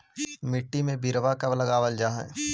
मिट्टी में बिरवा कब लगावल जा हई?